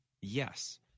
Yes